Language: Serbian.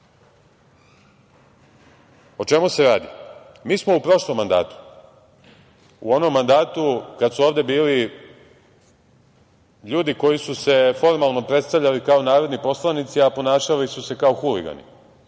O čemu se radi? Mi smo u prošlom mandatu, u onom mandatu kad su ovde bili ljudi koji su se formalno predstavljali kao narodni poslanici a ponašali su se kao huligani,